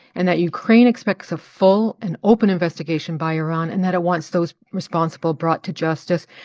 and that ukraine expects a full and open investigation by iran and that it wants those responsible brought to justice.